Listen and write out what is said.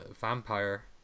vampire